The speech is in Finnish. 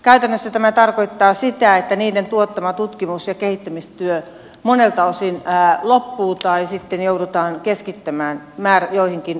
käytännössä tämä tarkoittaa sitä että niiden tuottama tutkimus ja kehittämistyö monelta osin loppuu tai sitten joudutaan keskittymään joihinkin yksittäisiin asioihin